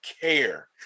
care